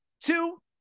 Two